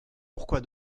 pourquoi